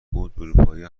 بود، اروپایی